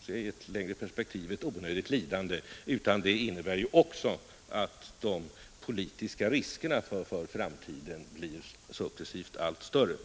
sett i längre perspektiv onödigt lidande, utan det innebär också att de politiska riskerna för framtiden successivt blir allt större.